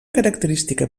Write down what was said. característica